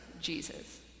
Jesus